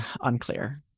Unclear